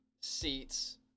seats